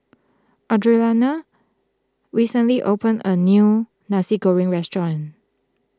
Audrianna recently opened a new Nasi Goreng restaurant